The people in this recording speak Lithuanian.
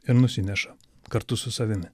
ir nusineša kartu su savimi